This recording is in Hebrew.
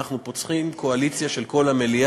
אנחנו צריכים פה קואליציה של כל המליאה,